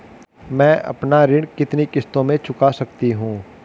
मैं अपना ऋण कितनी किश्तों में चुका सकती हूँ?